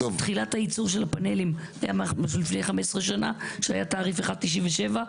תחילת הייצור של הפנלים היה לפני 15 שנה כשהיה תעריף 1.97,